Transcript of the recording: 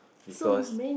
because